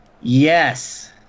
Yes